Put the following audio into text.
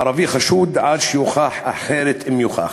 הערבי חשוד עד שיוכח אחרת, אם יוכח.